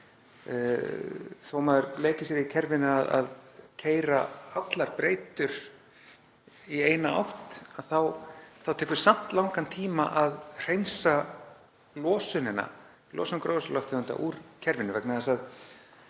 að maður leiki sér í kerfinu að keyra allar breytur í eina átt þá tekur samt langan tíma að hreinsa losun gróðurhúsalofttegunda úr kerfinu vegna þess að